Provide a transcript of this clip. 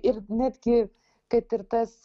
ir netgi kad ir tas